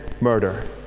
murder